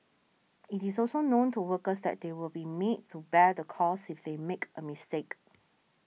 it is also known to workers that they will be made to bear the cost if they make a mistake